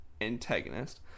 antagonist